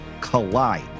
collide